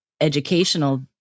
educational